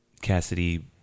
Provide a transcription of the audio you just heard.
Cassidy